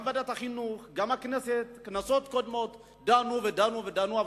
גם ועדת החינוך, וגם כנסות קודמות דנו ודנו ודנו.